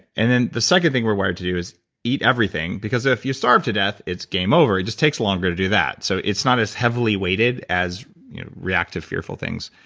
and then the second thing we're wired to do is eat everything because if you starve to death, it's game over. it just takes longer to do that. so it's not as heavily weighted as react to fearful things.